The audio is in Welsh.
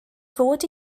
fod